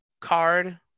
card